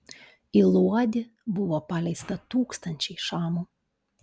į luodį buvo paleista tūkstančiai šamų